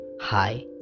hi